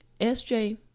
SJ